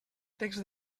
text